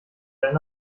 einen